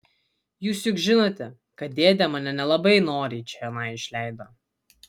jūs juk žinote kad dėdė mane nelabai noriai čionai išleido